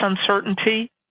uncertainty